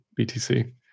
BTC